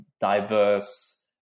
diverse